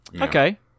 Okay